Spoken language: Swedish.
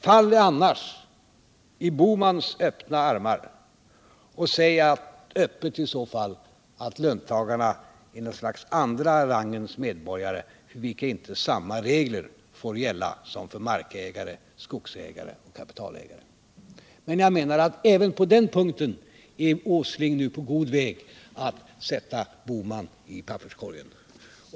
Fall annars i herr Bohmans öppna armar och säg klart ut att löntagarna är något slags andra rangens medborgare, för vilka inte samma regler får gälla som för markägare, skogsägare och kapitalägare. Men jag menar att även på den punkten är herr Åsling på god väg att kasta herr Bohmans krav i papperskorgen.